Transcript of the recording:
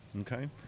Okay